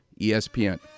ESPN